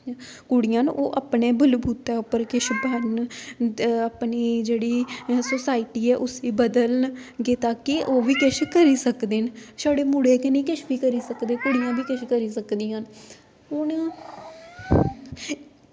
कुड़ियां न ओह् अपने बलबूत्तै उप्पर किश बनन ते अपनी जेह्ड़ी सोसाइटी ऐ उसी बदलन कि ताकि ओह् बी किश करी सकदे न छड़े मुड़े गै निं किश करी सकदे कुड़ियां बी किश करी सकदियां न हून